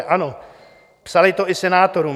Ano, psali to i senátorům.